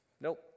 Nope